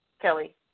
Kelly